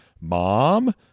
mom